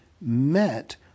met